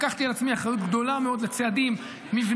לקחתי על עצמי אחריות גדולה מאוד לצעדים מבניים,